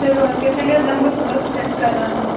چلو ادٕکیاہ تیٚلہِ حظ یِم بہٕ ُصبحس ٹیسٹ کَرناونہِ